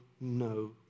no